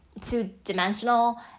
two-dimensional